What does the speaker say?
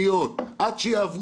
עד שיהיו תוכניות,